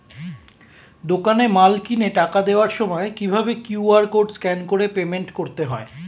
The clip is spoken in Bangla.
দোকানে মাল কিনে টাকা দেওয়ার সময় কিভাবে কিউ.আর কোড স্ক্যান করে পেমেন্ট করতে হয়?